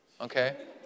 okay